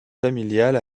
familial